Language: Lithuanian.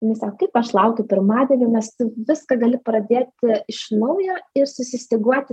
jinai sako kaip aš laukiu pirmadienių nes tu viską gali pradėti iš naujo ir susistyguoti